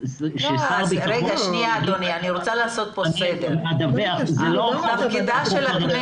אז ששר הביטחון יקבע "אני אדווח" זה לא הדרך הנכונה.